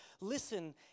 Listen